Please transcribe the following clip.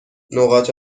نقاط